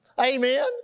Amen